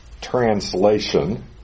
translation